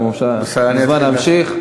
אתה מוזמן להמשיך.